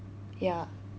ya